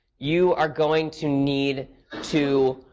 you are going to need to,